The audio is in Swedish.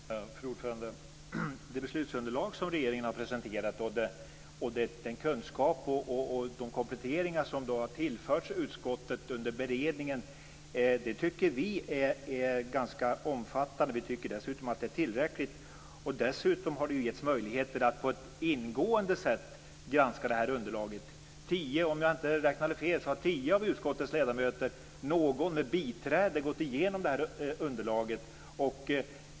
Fru talman! Vi tycker att det beslutsunderlag som regeringen har presenterat och den kunskap och de kompletteringar som har tillförts utskottet under beredningen är ganska omfattande. Vi tycker dessutom att det är tillräckligt. Dessutom har det getts möjligheter att på ett ingående sätt granska det här underlaget. Om jag inte räknade fel har tio av utskottets ledamöter, någon med biträde, gått igenom det här underlaget.